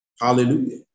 Hallelujah